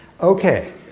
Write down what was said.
Okay